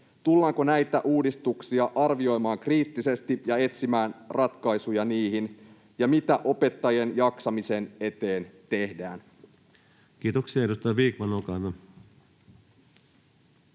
tullaanko näitä uudistuksia arvioimaan kriittisesti ja etsimään ratkaisuja niihin? Ja mitä opettajien jaksamisen eteen tehdään? [Speech 138] Speaker: